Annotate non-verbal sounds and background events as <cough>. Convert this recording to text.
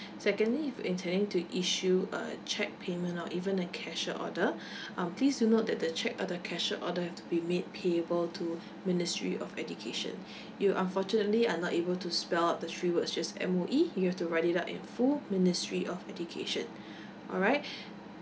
secondly if you intending to issue a cheque payment or even a cashier order <breath> um please do note that the cheque or the cashier order have to be made payable to ministry of education <breath> you unfortunately are not able to spell out the three words just M_O_E you have to write it out in full ministry of education all right